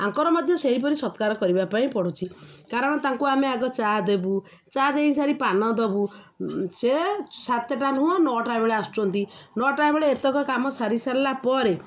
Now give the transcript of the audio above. ଆଙ୍କର ମଧ୍ୟ ସେହିପରି ସତ୍କାର କରିବା ପାଇଁ ପଡ଼ୁଛିି କାରଣ ତାଙ୍କୁ ଆମେ ଆଗ ଚା ଦେବୁ ଚା ଦେଇସାରି ପାନ ଦବୁ ସେ ସାତଟା ନୁହଁ ନଅଟା ବେଳେ ଆସୁଛନ୍ତି ନଅଟା ବେଳେ ଏତେକ କାମ ସାରି ସାରିଲା ପରେ